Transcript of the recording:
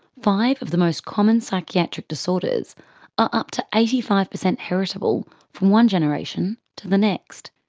five of the most common psychiatric disorders, are up to eighty five percent heritable from one generation to the next.